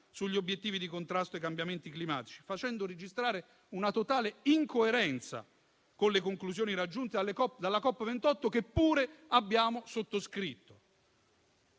sugli obiettivi di contrasto ai cambiamenti climatici, facendo registrare una totale incoerenza con le conclusioni raggiunte dalla COP28, che pure abbiamo sottoscritto.